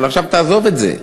אבל עכשיו תעזוב את זה.